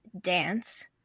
dance